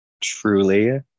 Truly